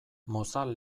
mozal